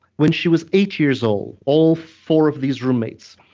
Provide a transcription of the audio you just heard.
when she was eight years old, all four of these roommates,